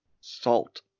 salt